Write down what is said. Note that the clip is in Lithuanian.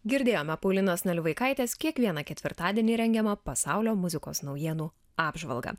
girdėjome paulinos nalivaikaitės kiekvieną ketvirtadienį rengiamą pasaulio muzikos naujienų apžvalgą